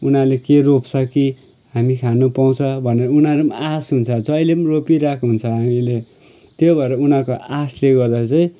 उनीहरूले के रोप्छ के हामी खानु पाउँछ भनेर उनीहरू पनि आस हुन्छ जहिले रेपिरहेको हुन्छ हामीले त्यो भएर उनीहरूको आसले गर्दा चाहिँ